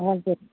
हजुर